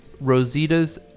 Rosita's